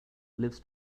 lives